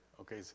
Okay